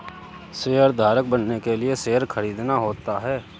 शेयरधारक बनने के लिए शेयर खरीदना होता है